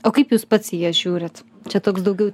o kaip jūs pats į jas žiūrit čia toks daugiau